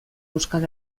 euskal